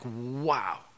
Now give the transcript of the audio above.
wow